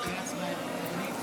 סקטוריאליות וחוסר הגינות.